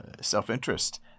self-interest